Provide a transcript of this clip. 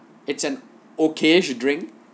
it's an okay to drink